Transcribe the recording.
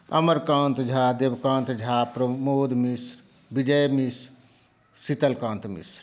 Amarkant Jha Devkant Jha Pramod Mishra Vijay Mishra Sheetalkant Mishra